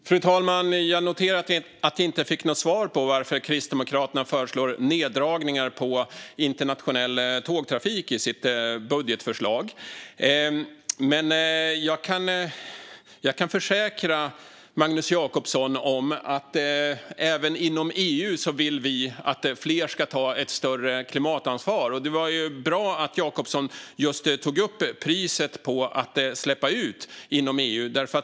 Fru talman! Jag noterar att jag inte fick något svar på varför Kristdemokraterna föreslår neddragningar på internationell tågtrafik i sitt budgetförslag. Jag kan försäkra Magnus Jacobsson om att vi även inom EU vill att fler ska ta ett större klimatansvar. Det var bra att Jacobsson tog upp just priset på utsläpp inom EU.